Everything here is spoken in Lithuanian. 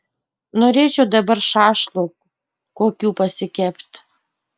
norėčiau dabar šašlų kokių pasikept